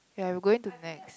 ya we are going to Nex